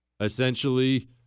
Essentially